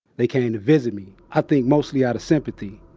they came to visit me, i think mostly out of sympathy.